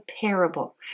parable